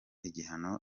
igihano